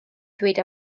ddweud